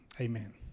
Amen